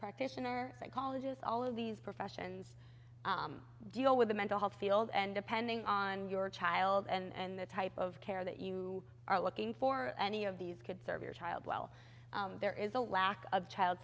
practitioner and colleges all of these professions deal with the mental health field and depending on your child and the type of care that you are looking for any of these could serve your child well there is a lack of child